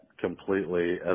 completely